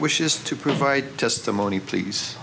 wishes to provide testimony please